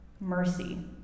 mercy